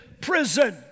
prison